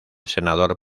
senador